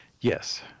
Yes